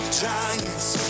giants